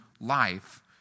life